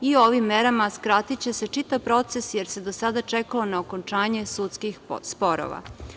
Ovim merama skratiće se čitav proces, jer se do sada čekalo na okončanje sudskih sporova.